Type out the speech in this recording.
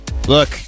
Look